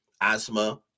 asthma